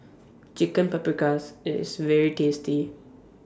Chicken Paprikas IT IS very tasty